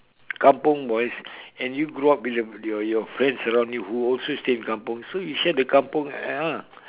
kampung boys and you grow up with your your friends around you who also stay in kampung so you share the kampung ah